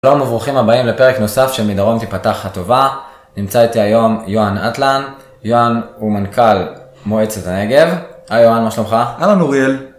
שלום וברוכים הבאים לפרק נוסף של מדרום תפתח הטובה. נמצא איתי היום יוהן אטלן, יוהן הוא מנכ"ל מועצת הנגב. היי יוהן, מה שלומך? אהלן אוריאל.